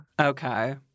Okay